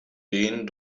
den